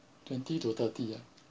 twenty to thirty ya